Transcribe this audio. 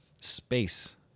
space